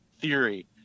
theory